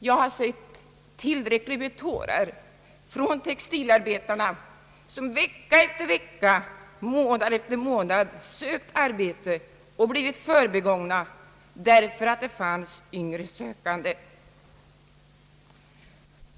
Jag har sett tillräckligt med tårar från äldre textilarbetare som vecka efter vecka, månad efter månad sökt arbete och blivit förbigångna därför att det fanns yngre sökande.